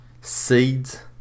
seeds